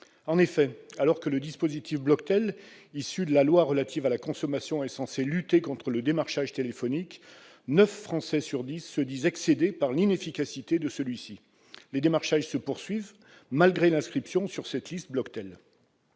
En effet, alors que le dispositif Bloctel, issu de la loi relative à la consommation, est censé lutter contre le démarchage téléphonique, neuf Français sur dix se disent excédés par l'inefficacité de celui-ci. Les démarchages se poursuivent malgré l'inscription sur cette liste Bloctel.